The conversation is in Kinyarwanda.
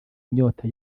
inyota